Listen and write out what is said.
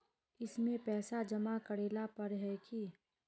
इसमें पैसा जमा करेला पर है की?